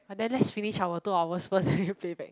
ah then let's finish our two hours first then we play back